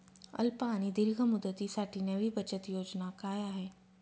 अल्प आणि दीर्घ मुदतीसाठी नवी बचत योजना काय आहे?